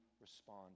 respond